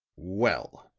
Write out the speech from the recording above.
well,